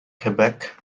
quebec